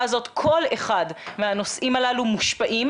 הזאת כל אחד מהנושאים הללו מושפע.